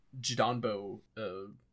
Jidambo